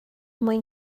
mwyn